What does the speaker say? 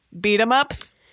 beat-em-ups